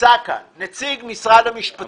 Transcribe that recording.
נמצא כאן נציג משרד המשפטים,